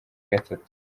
gatatu